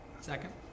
Second